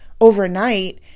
overnight